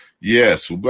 Yes